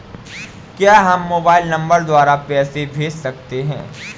क्या हम mobile number द्वारा पैसे भेज सकते हैं?